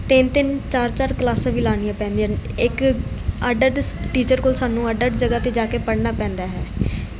ਤਿੰਨ ਤਿੰਨ ਚਾਰ ਚਾਰ ਕਲਾਸਾਂ ਵੀ ਲਾਉਣੀਆਂ ਪੈਂਦੀਆਂ ਹਨ ਇੱਕ ਅੱਡ ਅੱਡ ਟੀਚਰ ਕੋਲ ਸਾਨੂੰ ਅੱਡ ਅੱਡ ਜਗ੍ਹਾ 'ਤੇ ਜਾ ਕੇ ਪੜ੍ਹਨਾ ਪੈਂਦਾ ਹੈ